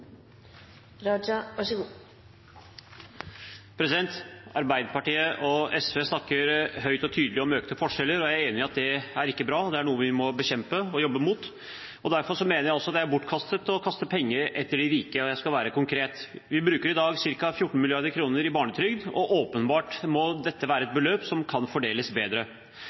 Arbeiderpartiet og SV snakker høyt og tydelig om økte forskjeller, og jeg er enig i at det er ikke bra. Det er noe vi må bekjempe og jobbe imot. Derfor mener jeg også det er bortkastet å kaste penger etter de rike. Jeg skal være konkret: Vi bruker i dag ca. 14 mrd. kr på barnetrygd, og dette må åpenbart være et beløp som kan fordeles bedre.